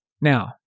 Now